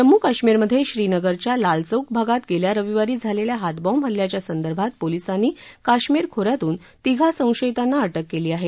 जम्मू काश्मीरमध्ये श्रीनगरच्या लाल चौक भागात गेल्या रविवारी झालेल्या हातबॉम्ब हल्ल्याच्या संदर्भात पोलिसांनी काश्मीर खोऱ्यातून तिघा संशयितांना अटक केली आहे